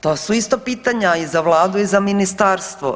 To su isto pitanja i za vladu i za ministarstvo.